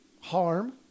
harm